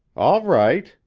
all right,